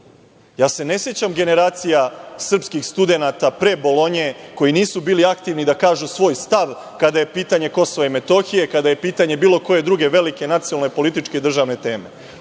sećam se generacija srpskih studenata pre Bolonje koji nisu bili aktivni da kažu svoj stav kada je pitanje Kosova i Metohije, kada je pitanje bilo koje druge velike nacionalne političke i državne teme.